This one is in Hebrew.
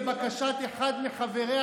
לבקשת אחד מחבריה,